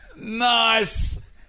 Nice